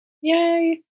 Yay